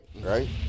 right